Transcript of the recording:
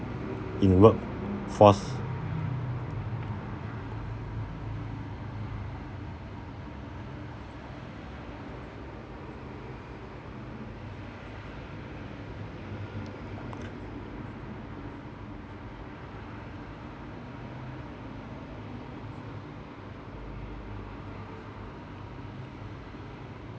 in workforce